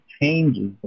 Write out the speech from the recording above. changes